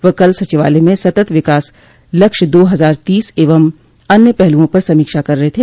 वह कल सचिवालय में सतत विकास लक्ष्य दो हजार तीस एवं अन्य पहलुओं पर समीक्षा कर रहे थे